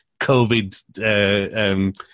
covid